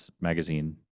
magazine